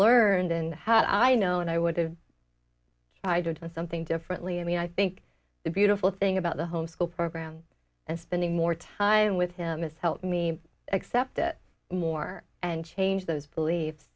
learned and had i known i would have tried to do something differently i mean i think the beautiful thing about the homeschool program and spending more time with him is help me accept it more and change those beliefs